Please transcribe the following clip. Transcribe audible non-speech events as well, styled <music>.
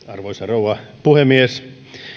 <unintelligible> arvoisa rouva puhemies